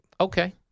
Okay